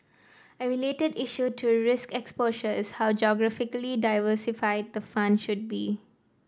a related issue to risk exposure is how geographically diversified the fund should be